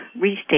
restate